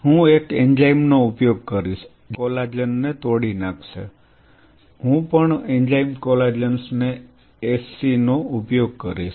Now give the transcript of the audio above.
હું એક એન્ઝાઇમ નો ઉપયોગ કરીશ જે કોલાજન ને તોડી નાખશે હું પણ એન્ઝાઇમ કોલેજેનેસ એસસી નો ઉપયોગ કરીશ